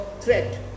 threat